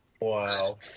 Wow